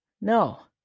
No